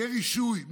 יהיה רישוי.